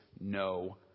no